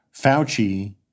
Fauci